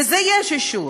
לזה יש אישור.